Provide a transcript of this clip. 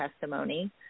testimony